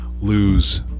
lose